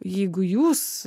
jeigu jūs